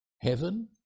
Heaven